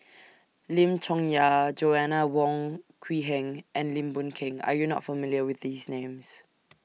Lim Chong Yah Joanna Wong Quee Heng and Lim Boon Keng Are YOU not familiar with These Names